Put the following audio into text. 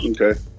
okay